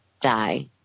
die